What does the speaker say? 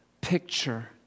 picture